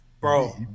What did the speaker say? Bro